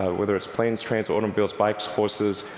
ah whether it's planes, trains, automobiles, bikes, horses,